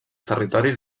territoris